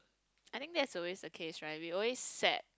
I think that's always a case right we always set